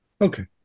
Okay